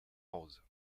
hause